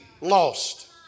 lost